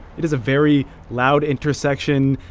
it is a very loud intersection.